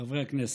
חברי הכנסת,